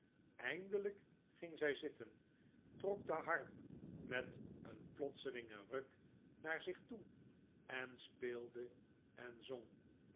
eindelijk ging zij zitten trok de harp met een plotselingen ruk naar zich toe en speelde en zong